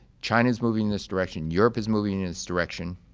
china is moving in this direction, europe is moving in this direction,